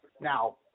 Now